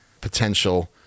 potential